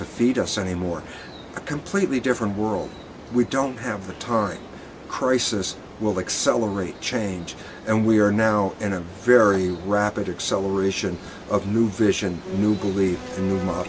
to feed us anymore a completely different world we don't have the time crisis will accelerate change and we are now in a very rapid acceleration of new vision new belie